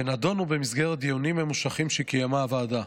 ונדונו במסגרת דיונים ממושכים שקיימה הוועדה.